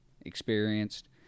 experienced